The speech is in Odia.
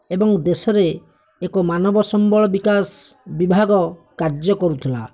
ଏବଂ ଦେଶରେ ଏକ ମାନବ ସମ୍ବଳ ବିକାଶ ବିଭାଗ କାର୍ଯ୍ୟ କରୁଥିଲା